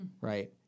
right